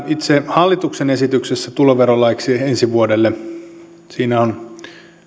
itse tässä hallituksen esityksessä tuloverolaiksi ensi vuodelle on